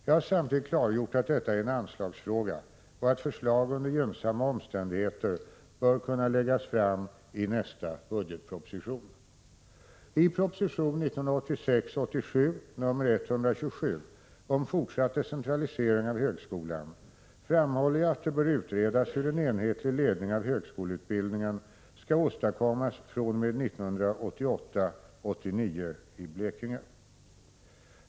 Jag har samtidigt klargjort att detta är en anslagsfråga och att förslag under gynnsamma omständigheter bör kunna läggas fram i nästa budgetproposition. I proposition 1986 89.